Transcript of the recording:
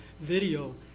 video